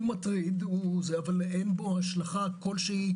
הוא מטריד אבל אין בו השלכה כלשהי,